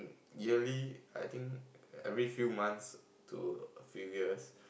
yearly I think every few months to a few years